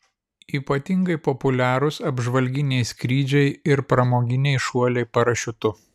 ypatingai populiarūs apžvalginiai skrydžiai ir pramoginiai šuoliai parašiutu